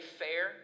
fair